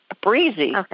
breezy